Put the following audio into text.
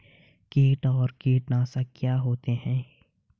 कीट और कीटनाशक क्या होते हैं?